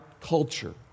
culture